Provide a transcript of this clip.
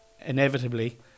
inevitably